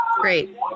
Great